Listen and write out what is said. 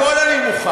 הכול אני מוכן.